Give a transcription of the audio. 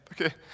okay